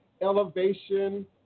Elevation